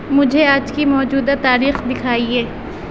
مجھے آج کی موجودہ تاریخ دکھائیے